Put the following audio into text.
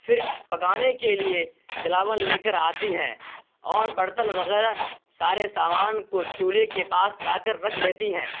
پھر پکانے کے لیے جلاون لے کر آتی ہیں اور برتن وغیرہ سارے سامان کو چولہے کے پاس لاکر رکھ لیتی ہیں